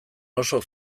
oso